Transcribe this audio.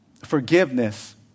Forgiveness